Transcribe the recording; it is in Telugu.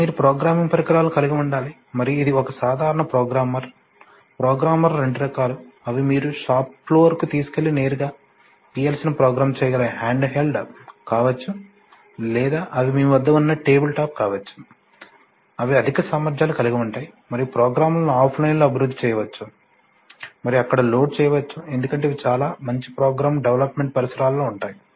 ఇప్పుడు మీరు ప్రోగ్రామింగ్ పరికరాలను కలిగి ఉండాలి మరియు ఇది ఒక సాధారణ ప్రోగ్రామర్ ప్రోగ్రామర్ రెండు రకాలు అవి మీరు షాపు ఫ్లోర్ కు తీసుకెళ్ళి నేరుగా PLC ని ప్రోగ్రామ్ చేయగల హ్యాండ్హెల్డ్ కావచ్చు లేదా అవి మీ వద్ద ఉన్న టేబుల్టాప్ కావచ్చు అవి అధిక సామర్థ్యాలు కలిగి ఉంటాయి మరియు ప్రోగ్రామ్లను ఆఫ్లైన్లో అభివృద్ధి చేయవచ్చు మరియు అక్కడే లోడ్ చేయవచ్చు ఎందుకంటే ఇవి చాలా మంచి ప్రోగ్రామ్ డెవలప్మెంట్ పరిసరాలలో ఉంటాయి